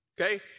okay